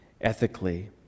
ethically